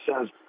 says